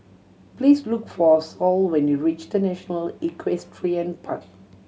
please look for Saul when you reach The National Equestrian Park